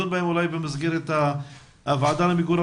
בסוגיות הכלליות אולי תמשיכו לדון במסגרת הוועדה למיגור הפשיעה.